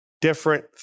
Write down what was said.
Different